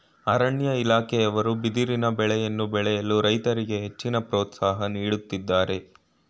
ಅರಣ್ಯ ಇಲಾಖೆಯವರು ಬಿದಿರಿನ ಬೆಳೆಯನ್ನು ಬೆಳೆಯಲು ರೈತರಿಗೆ ಹೆಚ್ಚಿನ ಪ್ರೋತ್ಸಾಹ ನೀಡುತ್ತಿದ್ದಾರೆ